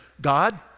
God